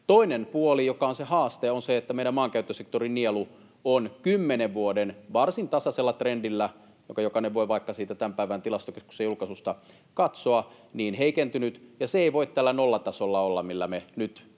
Toinen puoli, joka on se haaste, on se, että meidän maankäyttösektorin nielu on heikentynyt kymmenen vuoden varsin tasaisella trendillä, minkä jokainen voi vaikka siitä tämän päivän Tilastokeskuksen julkaisusta katsoa, ja se ei voi tällä nollatasolla olla, millä me nyt ollaan